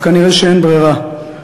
אך כנראה אין ברירה,